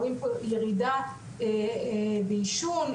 רואים פה ירידה בעישון,